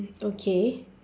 okay